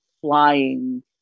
flying